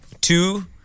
Two